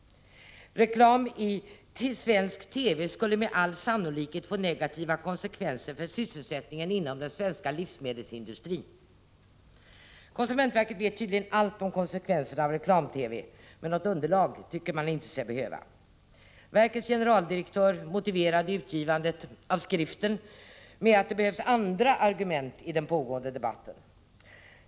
Det heter vidare: ”Reklam i svensk TV skulle med all sannolikhet få negativa konsekvenser för sysselsättningen inom den svenska livsmedelsindustrin.” Konsumentverket vet tydligen allt om konsekvenserna av reklam-TV — men något underlag för åsikterna tycker man sig inte behöva. Verkets generaldirektör motiverade utgivandet av skriften med att det behövs andra argument i den pågående debatten.